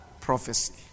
prophecy